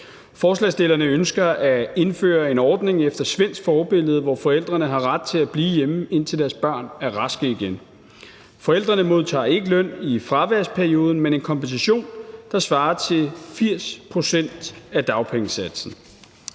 Forslagsstillerne ønsker at indføre en ordning efter svensk forbillede, hvor forældrene har ret til at blive hjemme, indtil deres barn er rask igen. Forældrene modtager ikke løn i fraværsperioden, men en kompensation, der svarer til 80 pct. af dagpengesatsen.